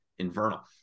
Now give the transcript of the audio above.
Invernal